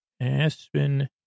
Aspen